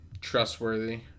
trustworthy